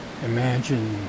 Imagine